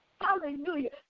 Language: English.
Hallelujah